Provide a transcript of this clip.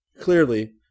Clearly